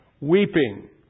Weeping